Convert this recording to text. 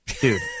dude